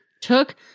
took